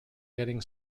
getting